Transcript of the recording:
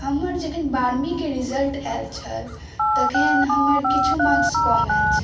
हमर जखन बारहवीँके रिजल्ट आयल छल तखन हमर किछु मार्क्स कम आयल छल